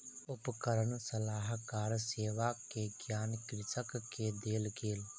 उपकरण सलाहकार सेवा के ज्ञान कृषक के देल गेल